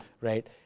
right